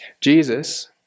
Jesus